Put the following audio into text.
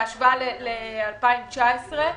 בהשוואה ל-2019,